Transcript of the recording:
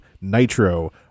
Nitro